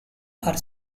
are